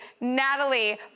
Natalie